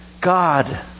God